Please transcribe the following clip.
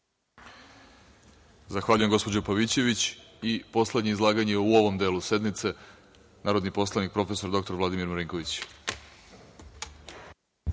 Zahvaljujem, gospođo Pavićević. Poslednje izlaganje u ovom delu sednice, narodni poslanik prof. dr Vladimir Marinković.